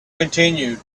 continued